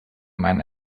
meinen